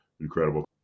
incredible